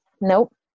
nope